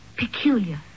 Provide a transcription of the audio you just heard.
peculiar